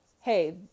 hey